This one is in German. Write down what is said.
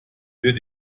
wird